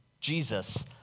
Jesus